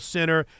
Center